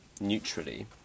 neutrally